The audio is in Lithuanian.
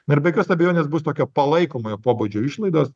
na ir be jokios abejonės bus tokio palaikomojo pobūdžio išlaidos